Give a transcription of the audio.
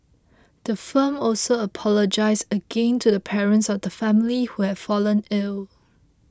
the firm also apologised again to the parents of the family who have fallen ill